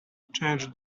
change